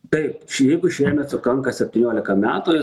tai jeigu šiemet sukanka septyniolika metų